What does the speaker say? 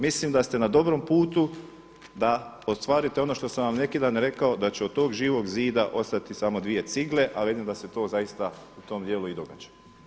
Mislim da ste na dobrom putu da ostvarite ono što sam vam neki dan rekao da će od tog Živog zida ostati samo dvije cigle, a vidim da se to zaista u tom dijelu i događa.